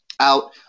out